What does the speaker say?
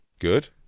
good